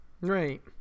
Right